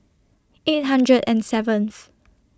eight hundred and seventh